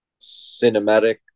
cinematic